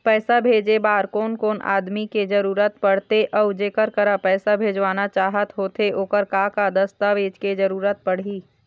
पैसा भेजे बार कोन कोन आदमी के जरूरत पड़ते अऊ जेकर करा पैसा भेजवाना चाहत होथे ओकर का का दस्तावेज के जरूरत पड़ही?